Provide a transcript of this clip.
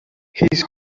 his